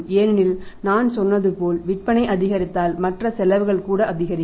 ஏனெனில் நான் சொன்னது போல் விற்பனை அதிகரித்தாள் மற்றும் செலவுகள் கூட அதிகரிக்கும்